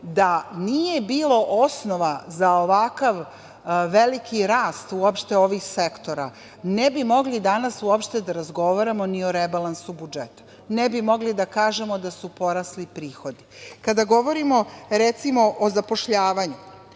Da nije bilo osnova za ovakav veliki rast uopšte ovih sektora, ne bi mogli danas uopšte da razgovaramo ni o rebalansu budžeta, ne bi mogli da kažemo da su porasli prihodi. Kada govorimo, recimo, o zapošljavanju,